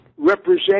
represent